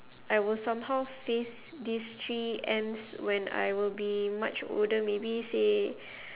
I will somehow face these three Ms when I will be much older maybe say